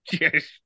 Yes